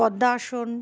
পদ্মাসন